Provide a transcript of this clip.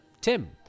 Tim